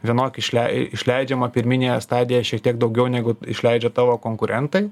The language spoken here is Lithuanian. vienok išlei išleidžiama pirminėje stadijoje šiek tiek daugiau negu išleidžia tavo konkurentai